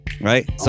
Right